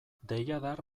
deiadar